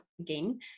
again